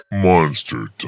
Monster